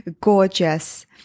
gorgeous